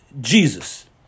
Jesus